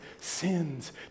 sins